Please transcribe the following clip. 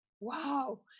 wow